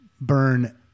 burn